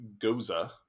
Goza